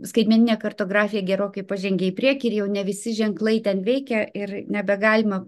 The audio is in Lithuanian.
skaitmeninė kartografija gerokai pažengė į priekį ir jau ne visi ženklai ten veikia ir nebegalima